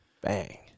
Bang